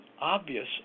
obvious